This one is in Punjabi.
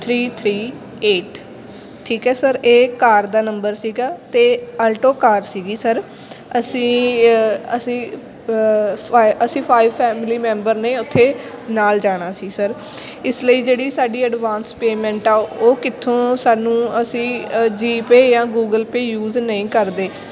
ਥ੍ਰੀ ਥ੍ਰੀ ਏਟ ਠੀਕ ਹੈ ਸਰ ਇਹ ਕਾਰ ਦਾ ਨੰਬਰ ਸੀਗਾ ਅਤੇ ਅਲਟੋ ਕਾਰ ਸੀਗੀ ਸਰ ਅਸੀਂ ਅਸੀਂ ਫਾਈ ਅਸੀਂ ਫਾਈਵ ਫੈਮਿਲੀ ਮੈਂਬਰ ਨੇ ਉੱਥੇ ਨਾਲ ਜਾਣਾ ਸੀ ਸਰ ਇਸ ਲਈ ਜਿਹੜੀ ਸਾਡੀ ਅਡਵਾਂਸ ਪੇਮੈਂਟ ਆ ਉਹ ਕਿੱਥੋਂ ਸਾਨੂੰ ਅਸੀਂ ਜੀ ਪੇ ਜਾਂ ਗੂਗਲ ਪੇ ਯੂਜ਼ ਨਹੀਂ ਕਰਦੇ